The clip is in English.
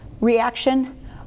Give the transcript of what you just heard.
reaction